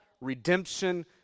redemption